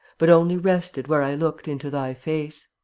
but only rested where i looked into thy face.